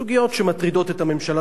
סוגיות שמטרידות את הממשלה,